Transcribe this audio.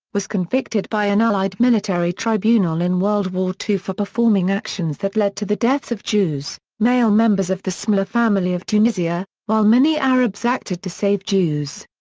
was convicted by an allied military tribunal in world war ii for performing actions that led to the deaths of jews, male members of the scemla family of tunisia, while many arabs acted to save jews.